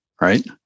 right